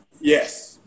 Yes